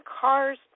Car's